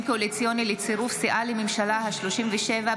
קואליציוני לצירוף סיעה לממשלה השלושים-ושבע,